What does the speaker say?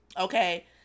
okay